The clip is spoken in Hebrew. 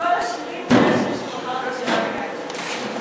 מכל השירים, זה השיר של אריק איינשטיין שבחרת?